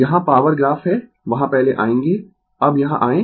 यहां power graph है वहां पहले आयेंगें अब यहाँ आयें